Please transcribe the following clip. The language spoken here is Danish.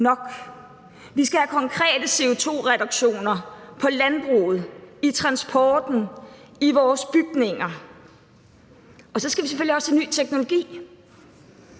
alene. Vi skal have konkrete CO2-reduktioner på landbruget, i transporten, i vores bygninger, og så skal vi selvfølgelig også have ny teknologi.